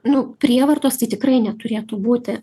nu prievartos tai tikrai neturėtų būti